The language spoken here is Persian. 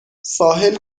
ساحل